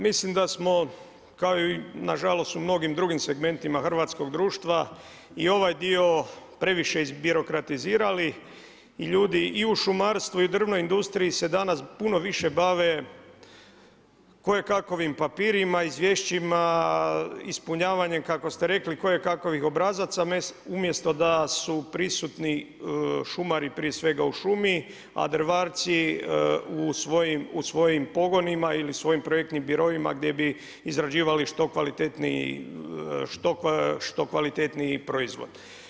Mislim da smo kao i nažalost u mnogim drugim segmentima hrvatskog društva i ovaj dio previše izbirokratizirali i ljudi i u šumarstvu i u drvnoj industriji se danas puno više bave kojekakvim papirima, izvješćima, ispunjavanjem kojekakvih obrazaca umjesto da su prisutni šumari prije svega u šumi a drvarci u svojim u svojim pogonima ili svojim projektnim biroima gdje bi izrađivali što kvalitetniji proizvod.